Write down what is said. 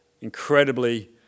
incredibly